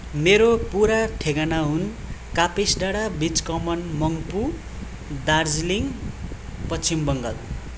मेरो पुरा ठेगाना हुन् कापिस डाँडा बिच कमान मङपू दार्जिलिङ पश्चिम बङ्गाल